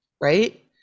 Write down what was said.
right